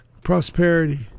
prosperity